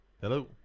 Hello